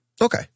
Okay